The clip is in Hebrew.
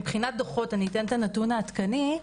מבחינת דוחות, אני אתן את הנתון העדכני.